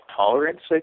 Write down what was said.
tolerance